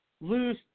loose